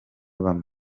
bamwe